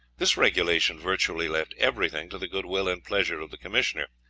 this regulation virtually left everything to the goodwill and pleasure of the commissioner,